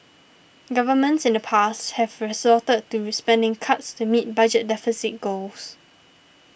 governments in the past have resorted to spending cuts to meet budget deficit goals